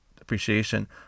appreciation